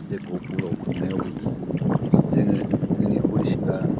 बे गहपुराव खुंनायावबो जोङो जोंनि हरिसिंगा